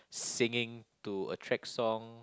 singing to a track song